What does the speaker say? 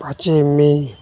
ᱯᱟᱪᱚᱭ ᱢᱮ